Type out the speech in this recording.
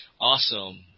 awesome